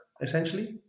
essentially